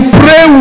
pray